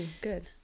good